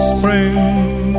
spring